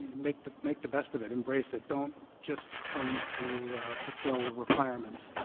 make the make the best of it. embrace it. don't just come to fulfill requirements,